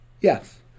Yes